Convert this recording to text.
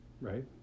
Right